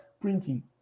printing